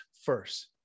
first